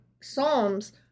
Psalms